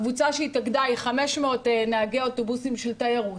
הקבוצה שהתאגדה היא 500 נהגי אוטובוסים של תיירות